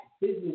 business